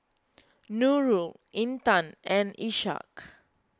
Nurul Intan and Ishak